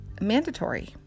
mandatory